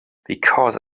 because